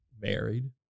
married